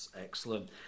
excellent